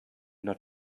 not